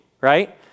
right